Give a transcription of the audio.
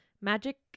Magic